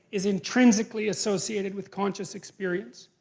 is intrinsically associated with conscious experience.